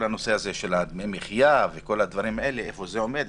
הנושא של דמי מחיה והדברים האלה איפה זה עומד,